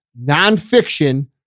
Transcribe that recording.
nonfiction